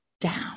down